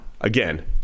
again